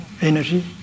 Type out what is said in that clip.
energy